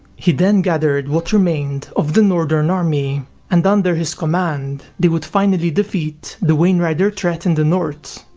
he then gathered what remained of the northern army and under his command they would finally defeat the wainrider threat in the north.